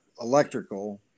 electrical